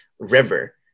river